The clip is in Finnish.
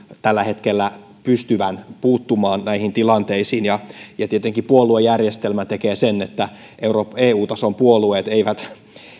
tällä hetkellä pystyvän puuttumaan näihin tilanteisiin tietenkin puoluejärjestelmä tekee sen että eu tason puolueet eivät